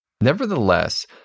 Nevertheless